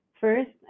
first